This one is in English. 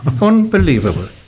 Unbelievable